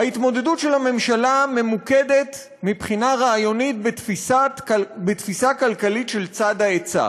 ההתמודדות של הממשלה ממוקדת מבחינה רעיונית בתפיסה כלכלית של צד ההיצע.